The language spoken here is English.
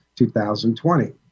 2020